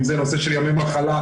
אם זה נושא של ימי מחלה,